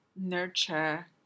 nurture